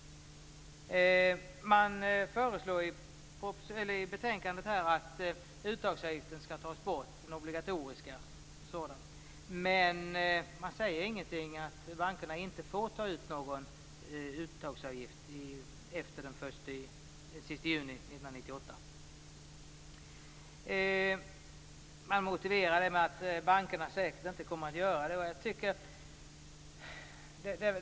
Man föreslår i betänkandet att den obligatoriska uttagsavgiften skall tas bort. Men man säger inget om att bankerna inte får ta ut någon uttagsavgift efter den sista juni 1998. Man motiverar detta med att bankerna säkert inte kommer att göra det.